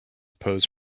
pose